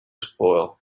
spoil